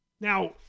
Now